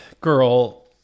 girl